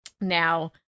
Now